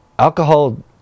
Alcohol